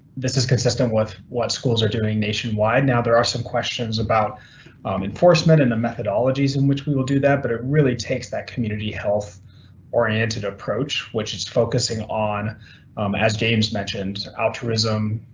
this is consistent with what schools are doing nationwide now. there are some questions about enforcement in the methodologies in which we will do that but it really takes that community health oriented approach which is focusing on as james mentioned, altruism,